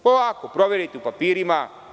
Polako, proverite u papirima.